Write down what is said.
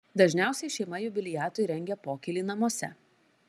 dažniausiai šeima jubiliatui rengia pokylį namuose